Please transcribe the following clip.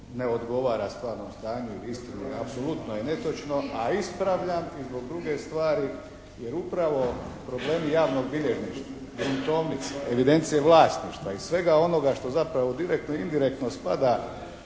ne odgovara stvarnom stanju ili istini i apsolutno je netočno, a ispravljam i zbog druge stvari, jer upravo problemi javnog bilježništva, gruntovnice, evidencije vlasništva i svega onoga što zapravo direktno i indirektno spada